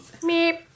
Meep